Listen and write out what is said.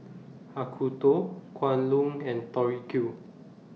Acuto Kwan Loong and Tori Q